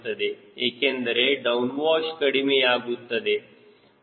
ಏಕೆಂದರೆ down wash ಕಡಿಮೆಯಾಗುತ್ತದೆ